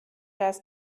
das